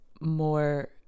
more